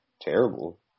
terrible